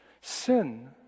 Sin